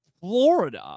Florida